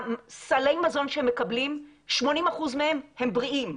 סלי המזון שהם מקבלים 80% מהם הם בריאים.